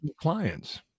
clients